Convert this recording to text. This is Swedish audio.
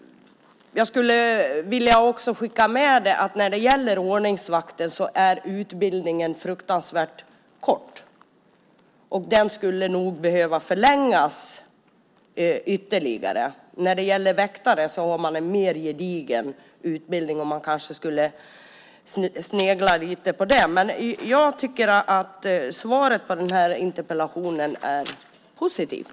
Jag skulle också vilja skicka med att utbildningen till ordningsvakt är fruktansvärt kort. Den skulle nog behöva förlängas ytterligare. Väktare har en mer gedigen utbildning. Man skulle kanske snegla lite på den. Jag tycker att svaret på den här interpellationen är positivt.